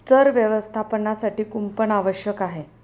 चर व्यवस्थापनासाठी कुंपण आवश्यक आहे